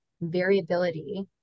variability